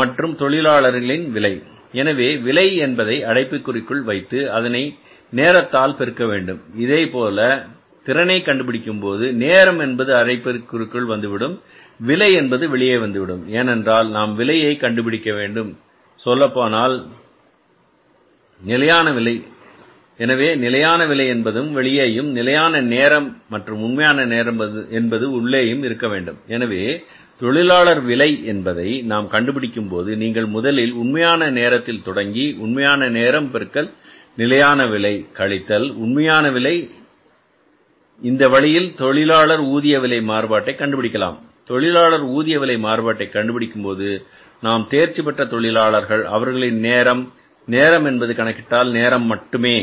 மற்றும் தொழிலாளர் விலை எனவே விலை என்பதை அடைப்புக்குறிக்குள் வைத்து அதனை நேரத்தால் பெருக்க வேண்டும் இதேபோல் திறனை கண்டுபிடிக்கும் போது நேரம் என்பது அடைப்புக்குறிக்குள் வந்துவிடும் விலை என்பது வெளியே வந்துவிடும் ஏனென்றால் நாம் விலையை கண்டுபிடிக்கணும் சொல்லப்போனால் நிலையான விலை எனவே நிலையான விலை என்பது வெளியேயும் நிலையான நேரம் மற்றும் உண்மையான நேரம் என்பதும் உள்ளே இருக்க வேண்டும் எனவே தொழிலாளர் விலை என்பதை நாம் கண்டுபிடிக்கும் போது நீங்கள் முதலில் உண்மையான நேரத்தில் இருந்து தொடங்கி உண்மையான நேரம் பெருக்கல் நிலையான விலை கழித்தல் உண்மையான விலை இந்த வழியில் தொழிலாளர் ஊதிய விலை மாறுபாட்டை கண்டுபிடிக்கலாம் தொழிலாளர் ஊதிய விலை மாறுபாட்டை கண்டுபிடிக்கும் போது நாம் தேர்ச்சிபெற்ற தொழிலாளர்கள் அவர்களின் நேரம் நேரம் என்பது கணக்கிட்டால் நேரம் மட்டுமே